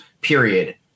Period